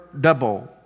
double